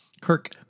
Kirk